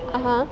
(uh huh)